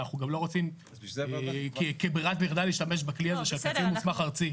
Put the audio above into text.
ואנחנו גם לא רוצים כברירת מחדל להשתמש בכלי הזה של קצין מוסמך ארצי.